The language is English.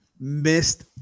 missed